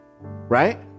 right